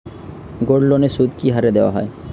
গোল্ডলোনের সুদ কি হারে দেওয়া হয়?